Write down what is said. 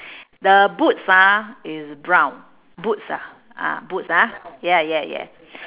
the boots ah is brown boots ah ah boots ah ya ya ya